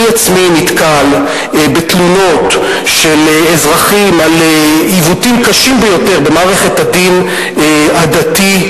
אני עצמי נתקל בתלונות של אזרחים על עיוותים קשים במערכת הדין הדתי.